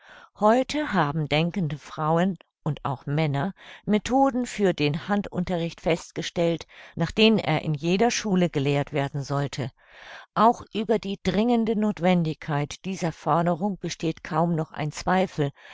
heute haben denkende frauen und auch männer methoden für den handunterricht festgestellt nach denen er in jeder schule gelehrt werden sollte auch über die dringende nothwendigkeit dieser forderung besteht kaum noch ein zweifel